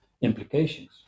implications